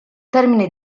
termine